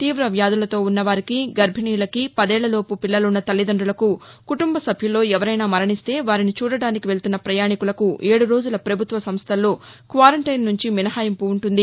తీవ వ్యాధులతో ఉన్నవారికి గర్బిణులకి పదేళ్లలోపు పిల్లలున్న తల్లిదండులకు కుటుంబ సభ్యుల్లో ఎవరైనా మరణిస్తే వారిని చూడడానికి వెక్తున్న ప్రయాణికులకు ఏడు రోజుల ప్రభుత్వ సంస్టలలో క్వారంటైన్ నుంచి మినహాయింపును ఉంటుంది